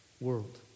world